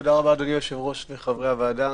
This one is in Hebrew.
תודה רבה, אדוני היושב-ראש וחברי הוועדה.